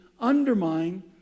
undermine